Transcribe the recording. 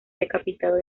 decapitado